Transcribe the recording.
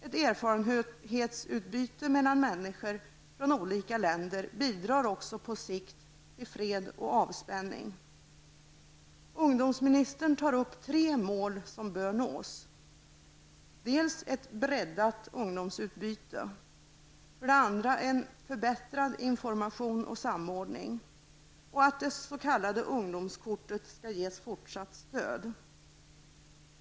Ett erfarenhetsutbyte mellan människor från olika länder bidrar också till fred och avspänning. Ungdomsministern tar upp tre mål som bör nås. 3. Att det s.k. ungdomskortet skall ges fortsatt stöd.